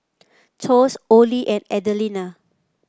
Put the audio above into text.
Thos Orley and Adelina